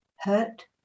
Hurt